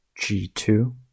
g2